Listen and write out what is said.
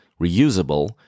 reusable